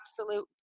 absolute